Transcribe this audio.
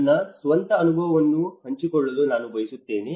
ನನ್ನ ಸ್ವಂತ ಅನುಭವವನ್ನು ಹಂಚಿಕೊಳ್ಳಲು ನಾನು ಬಯಸುತ್ತೇನೆ